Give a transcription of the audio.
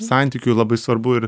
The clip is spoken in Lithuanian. santykių labai svarbu ir